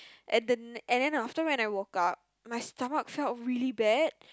and the n~ and then after when I woke up my stomach felt really bad